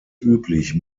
üblich